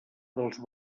dels